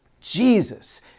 Jesus